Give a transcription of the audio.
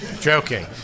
Joking